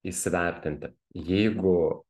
įsivertinti jeigu